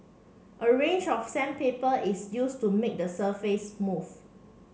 a range of sandpaper is used to made the surface smooth